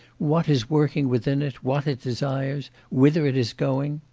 what is working within it, what it desires whither it is going.